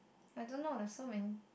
I don't know there are so many